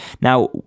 Now